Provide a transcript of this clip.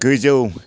गोजौ